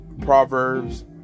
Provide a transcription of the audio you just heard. Proverbs